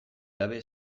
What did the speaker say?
gabe